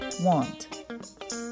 Want